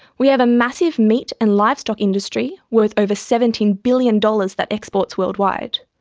we have a massive meat and livestock industry worth over seventeen billion dollars that exports worldwide.